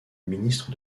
ministre